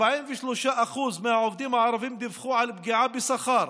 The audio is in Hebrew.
43% מהעובדים הערבים דיווחו על פגיעה בשכר.